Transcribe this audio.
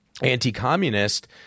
anti-communist